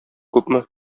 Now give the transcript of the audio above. күпме